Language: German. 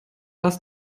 lass